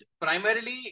primarily